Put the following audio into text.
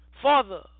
Father